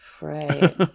Right